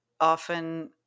often